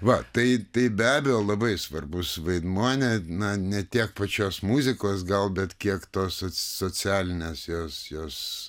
va tai tai be abejo labai svarbus vaidmuo ne na ne tiek pačios muzikos gal bet kiek tos socialinės jos jos